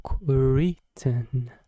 written